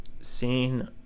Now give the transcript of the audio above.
seen